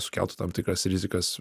sukeltų tam tikras rizikas